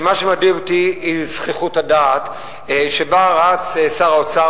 שמה שמדאיג אותי הוא זחיחות הדעת שבה רץ שר האוצר